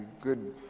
good